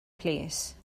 plîs